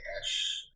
ash